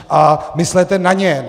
A myslete na ně.